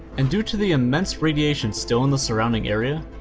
and due to the immense radiation still in the surrounding area,